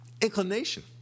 inclination